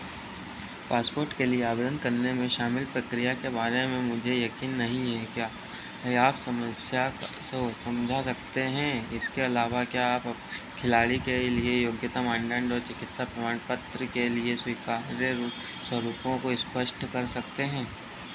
passport के लिए आवेदन करने में शामिल प्रक्रिया के बारे में मुझे यकीन नहीं है क्या आप समस्या को समझा सकते हैं इसके अलावा क्या आप खिलाड़ी के लिए योग्यता मानदण्ड और चिकित्सा प्रमाण पत्र के लिए स्वीकार्य स्वरूपों को स्पष्ट कर सकते हैं